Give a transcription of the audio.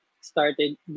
started